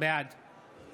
בעד